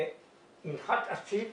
מנחת אסיף